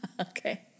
Okay